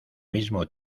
mismo